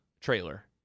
trailer